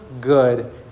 good